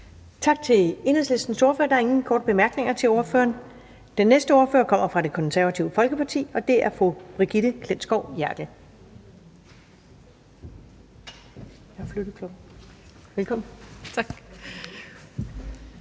Tak til Enhedslistens ordfører. Der er ingen korte bemærkninger til ordføreren. Den næste ordfører kommer fra Det Konservative Folkeparti, og det er fru Brigitte Klintskov Jerkel.